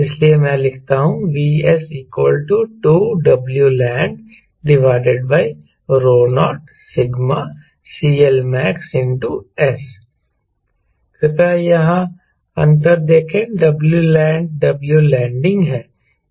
इसलिए मैं लिखता हूं Vs 2Wland0σ CLmax S कृपया यहां अंतर देखें Wland W लैंडिंग है